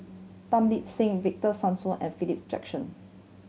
Tan Lip Seng Victor Sassoon and Philip Jackson